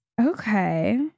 Okay